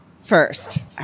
First